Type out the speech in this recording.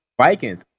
Vikings